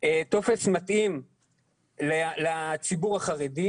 טופס מתאים לציבור החרדי,